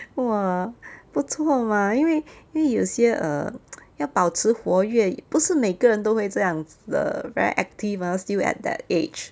!wah! 不错 mah 因为因为有些 err 要保持活跃不是每个人都会这样子的 the very active ah still at that age